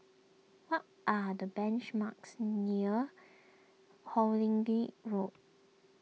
what are the banch marks near Hawkinge Road